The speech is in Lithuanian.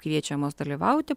kviečiamos dalyvauti